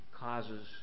causes